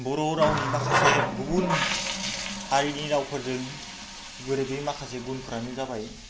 बर' रावनि माखासे गुबुन हारिनि रावफोरजों गोरोबै माखासे गुनफोरानो जाबाय